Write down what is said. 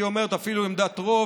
הייתי אומר אפילו עמדת רוב.